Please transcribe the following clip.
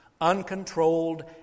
uncontrolled